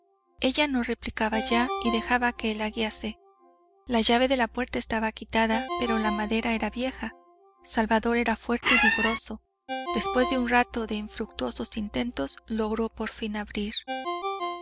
ella no replicaba ya y dejaba que él la guiase la llave de la puerta estaba quitada pero la madera era vieja salvador era fuerte y vigoroso y después de un rato de infructuosos intentos logró por fin abrir